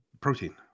Protein